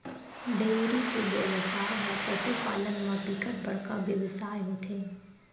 dairy के बेवसाय ह पसु पालन म बिकट बड़का बेवसाय होथे